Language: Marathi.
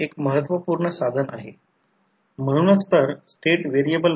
म्हणून सेकंडरी साईड म्हणून E2 जर पाहिले तर E2 V2 I2 R2 j I2 असेल